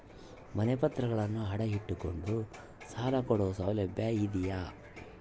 ಮನೆ ಪತ್ರಗಳನ್ನು ಅಡ ಇಟ್ಟು ಕೊಂಡು ಸಾಲ ಕೊಡೋ ಸೌಲಭ್ಯ ಇದಿಯಾ?